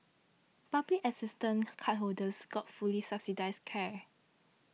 public assistance cardholders got fully subsidised care